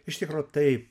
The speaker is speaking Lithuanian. iš tikro taip